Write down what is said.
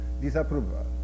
disapproval